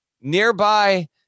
nearby